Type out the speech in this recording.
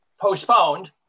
postponed